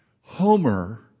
Homer